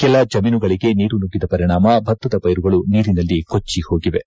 ಕೆಲ ಜಮೀನುಗಳಿಗೆ ನೀರು ನುಗ್ಗಿದ ಪರಿಣಾಮ ಭತ್ತದ ಪೈರುಗಳು ನೀರಿನಲ್ಲಿ ಕೊಚ್ಚಿ ಹೋಗಿವೆ